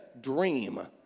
dream